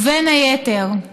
ובין היתר: